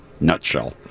nutshell